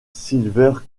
silver